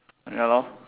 ya lor